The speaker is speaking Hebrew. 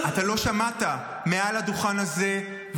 חבר הכנסת שקלים.